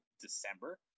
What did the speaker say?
December